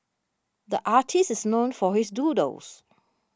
the artist is known for his doodles